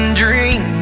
dream